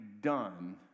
done